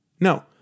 No